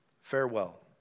Farewell